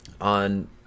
on